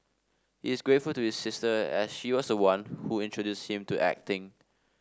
he is grateful to his sister as she was the one who introduced him to acting